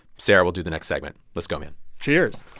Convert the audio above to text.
sarah will do the next segment. let's go, man cheers